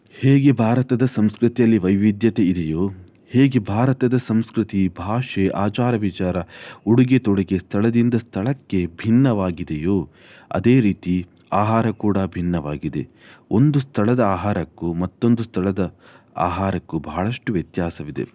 ಹೇಗೆ ಭಾರತದ ಸಂಸ್ಕೃತಿಯಲ್ಲಿ ವೈವಿಧ್ಯತೆ ಇದೆಯೋ ಹೇಗೆ ಭಾರತದ ಸಂಸ್ಕೃತಿ ಭಾಷೆ ಆಚಾರ ವಿಚಾರ ಉಡುಗೆ ತೊಡುಗೆ ಸ್ಥಳದಿಂದ ಸ್ಥಳಕ್ಕೆ ಭಿನ್ನವಾಗಿದೆಯೋ ಅದೇ ರೀತಿ ಆಹಾರ ಕೂಡ ಭಿನ್ನವಾಗಿದೆ ಒಂದು ಸ್ಥಳದ ಆಹಾರಕ್ಕೂ ಮತ್ತೊಂದು ಸ್ಥಳದ ಆಹಾರಕ್ಕೂ ಬಹಳಷ್ಟು ವ್ಯತ್ಯಾಸವಿದೆ